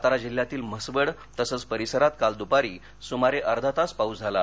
सातारा जिल्ह्यातील म्हसवड तसंच परिसरात काल दुपारी सुमारे अर्धतास पाऊस झाला